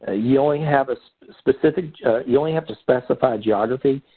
ah you only have a specific you only have to specify geography,